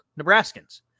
Nebraskans